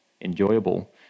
enjoyable